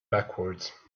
backwards